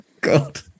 God